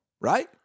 right